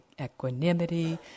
equanimity